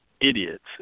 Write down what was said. idiots